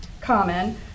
common